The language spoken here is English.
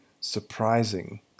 surprising